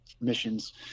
missions